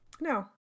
No